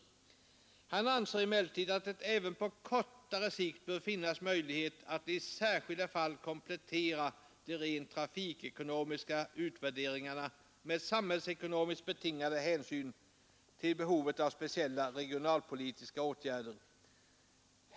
”Han anser emellertid att det även på kortare sikt bör finnas möjlighet att i särskilda fall komplettera de rent trafikekonomiska utvärderingarna med samhällsekonomiskt betingade hänsyn till behovet av speciella regionalpolitiska åtgärder.